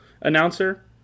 announcer